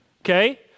Okay